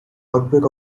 outbreak